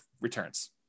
returns